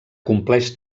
compleix